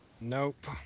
Nope